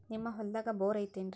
ನಿಮ್ಮ ಹೊಲ್ದಾಗ ಬೋರ್ ಐತೇನ್ರಿ?